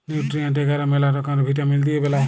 nutrient এগার ম্যালা রকমের ভিটামিল দিয়ে বেলায়